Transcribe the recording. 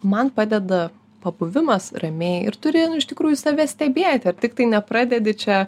man padeda pabuvimas ramiai ir turi nu iš tikrųjų save stebėti ar tiktai nepradedi čia